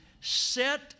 set